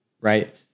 Right